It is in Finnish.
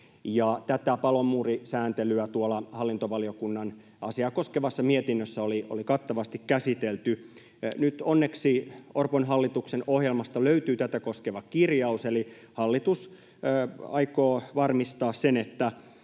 Tätä palomuurisääntelyä hallintovaliokunnan asiaa koskevassa mietinnössä oli kattavasti käsitelty. Nyt onneksi Orpon hallituksen ohjelmasta löytyy tätä koskeva kirjaus, eli hallitus aikoo varmistaa sen, että